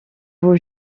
vous